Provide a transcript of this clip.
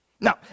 Now